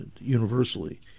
Universally